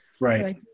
Right